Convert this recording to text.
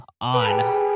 On